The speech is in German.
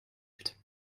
hält